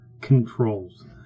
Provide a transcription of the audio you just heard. controls